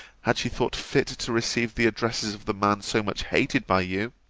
had she thought fit to receive the addresses of the man so much hated by you